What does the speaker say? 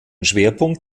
schwerpunkt